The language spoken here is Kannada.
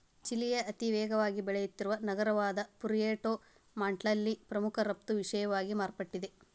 ಚಿಲಿಯ ಅತಿವೇಗವಾಗಿ ಬೆಳೆಯುತ್ತಿರುವ ನಗರವಾದಪುಯೆರ್ಟೊ ಮಾಂಟ್ನಲ್ಲಿ ಪ್ರಮುಖ ರಫ್ತು ವಿಷಯವಾಗಿ ಮಾರ್ಪಟ್ಟಿದೆ